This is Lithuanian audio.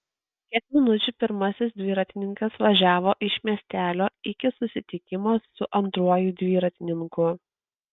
kiek minučių pirmasis dviratininkas važiavo iš miestelio iki susitikimo su antruoju dviratininku